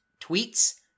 tweets